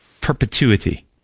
Perpetuity